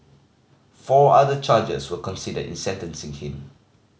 four other charges were considered in sentencing him